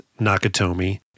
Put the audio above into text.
Nakatomi